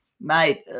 Mate